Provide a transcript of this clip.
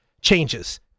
changes